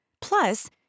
Plus